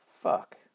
Fuck